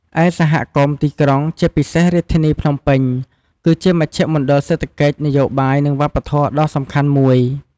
ឯសហគមន៍ទីក្រុង ជាពិសេសរាជធានីភ្នំពេញ គឺជាមជ្ឈមណ្ឌលសេដ្ឋកិច្ច នយោបាយ និងវប្បធម៌ដ៏សំខាន់មួយ។